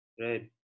right